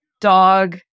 dog